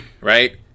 right